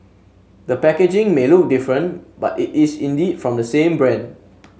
the packaging may look different but it is indeed from the same brand